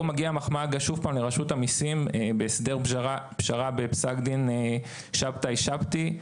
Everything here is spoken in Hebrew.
פה מגיעה שוב פעם מחמאה לרשות המיסים בהסדר פשרה בפסק דין שבתאי שבתי,